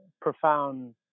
profound